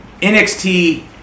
NXT